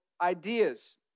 ideas